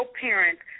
parents